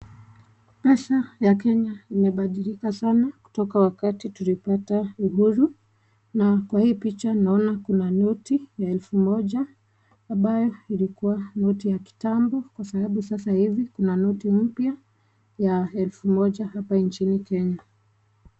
Pesa ya Kenya imebadilika sana kutoka wakati tulipata uhuru. Hapa kuna noti ya elfu moja ambayo ilikua noti ya kitambo kwa sababu sasa hivi kuna noti mpya hapa nchini Kenya.